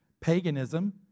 Paganism